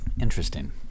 interesting